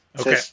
Okay